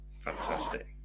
Fantastic